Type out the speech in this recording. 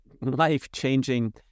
life-changing